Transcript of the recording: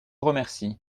remercie